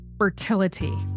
fertility